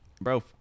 bro